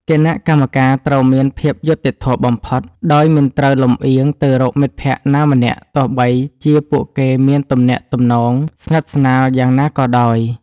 គណៈកម្មការត្រូវមានភាពយុត្តិធម៌បំផុត ដោយមិនត្រូវលម្អៀងទៅរកមិត្តភក្តិណាម្នាក់ ទោះបីជាពួកគេមានទំនាក់ទំនងស្និទ្ធស្នាលយ៉ាងណាក៏ដោយ។